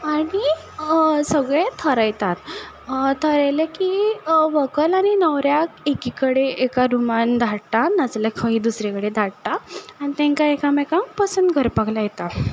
आनी सगलें थरयतात थरयलें की व्हंकल आनी न्हवऱ्याक एकी कडेन एका रुमान धाडटात नाजाल्यार खंयी दुसरे कडेन धाडटात आनी तेंकां एकामेकांक पसंद करपाक लायता